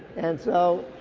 and so